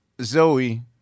Zoe